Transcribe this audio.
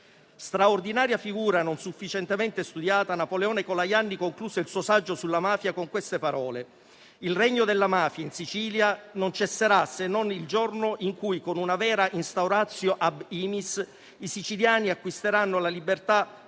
Straordinaria figura, non sufficientemente studiata, Napoleone Colajanni concluse il suo saggio sulla mafia con queste parole: «Il regno della mafia in Sicilia non cesserà se non il giorno in cui con una vera *instauratio ab imis* i siciliani acquisteranno la libertà